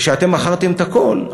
כשאתם מכרתם את הכול,